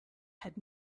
had